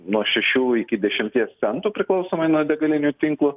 nuo šešių iki dešimties centų priklausomai nuo degalinių tinklų